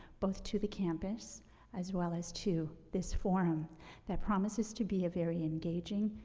both to the campus as well as to this forum that promises to be a very engaging,